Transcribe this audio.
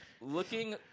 Looking